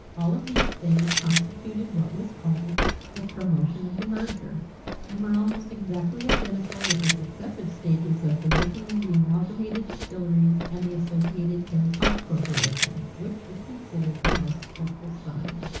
all of these things constituted what was called the promotion of the merger and were almost exactly identical with the successive stages of the making of the amalgamated distilleries and the associated tin pot corporation which was considered a most hopeful sign.